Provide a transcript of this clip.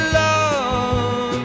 love